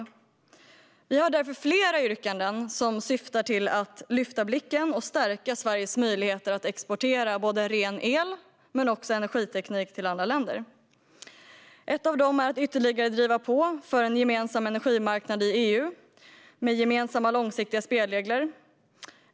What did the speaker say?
Moderaterna har därför flera yrkanden som syftar till att lyfta blicken och stärka Sveriges möjligheter att exportera ren el och energiteknik till andra länder. Ett är att ytterligare driva på för en gemensam energimarknad i EU med gemensamma långsiktiga spelregler.